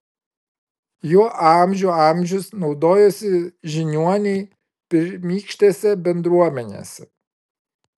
juo amžių amžius naudojosi žiniuoniai pirmykštėse bendruomenėse